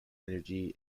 energy